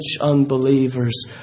unbelievers